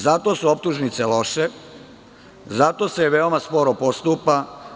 Zato su optužnice loše, zato se veoma sporo postupa.